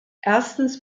erstens